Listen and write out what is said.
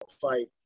fight